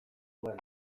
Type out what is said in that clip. zuen